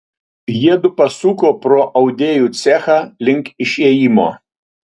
jiedu pasuko pro audėjų cechą link išėjimo